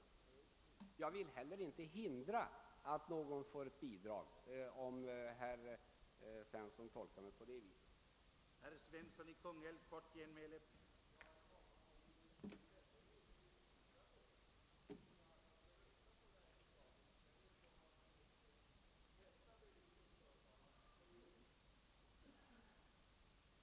Men jag vill inte hindra någon från att få bidrag, om herr Svensson i Kungälv möjligen tolkade mina ord så.